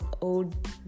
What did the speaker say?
old